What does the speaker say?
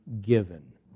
given